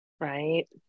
Right